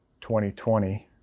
2020